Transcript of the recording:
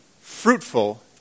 fruitful